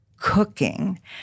cooking